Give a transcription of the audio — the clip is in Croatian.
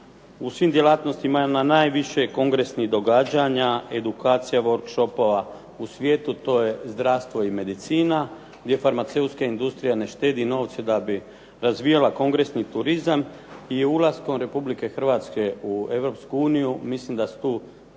u svim djelatnostima ima najviše kongresnih događanja, edukacija, work shopova u svijetu, to je zdravstvo i medicina, gdje farmaceutska industrija ne štedi novce da bi razvijala kongresni turizam. I ulaskom Republike Hrvatske u Europsku uniju mislim da su tu